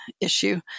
issue